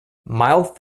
mild